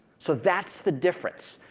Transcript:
so that's the difference.